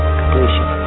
completion